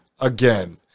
again